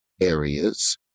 areas